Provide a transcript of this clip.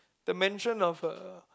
the mention of a